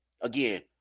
again